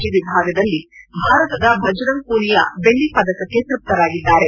G ವಿಭಾಗದಲ್ಲಿ ಭಾರತದ ಭಜರಂಗ್ ಪೂನಿಯಾ ಬೆಳ್ಳ ಪದಕಕ್ಕೆ ತೃಪ್ತರಾಗಿದ್ದಾರೆ